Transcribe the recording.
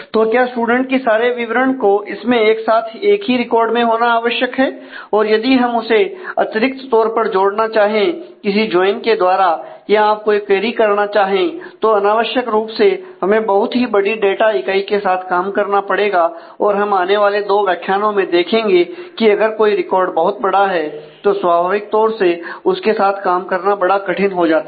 तो क्या स्टूडेंट की सारे विवरण को इसमें एक साथ एक ही रिकार्ड में होना आवश्यक है और यदि हम उसे अतिरिक्त और पर जोड़ना चाहें किसी ज्वाइन के द्वारा या आप कोई क्वेरी करना चाहे तो अनावश्यक रूप से हमें बहुत ही बड़ी डाटा इकाई के साथ काम करना पड़ेगा और हम आने वाले 2 व्याख्यानों में देखेंगे कि अगर कोई रिकॉर्ड बहुत बड़ा हो तो स्वाभाविक तौर से उसके साथ काम करना बड़ा कठिन हो जाता है